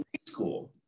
school